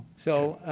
so,